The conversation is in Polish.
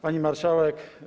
Pani Marszałek!